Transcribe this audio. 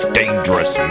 dangerous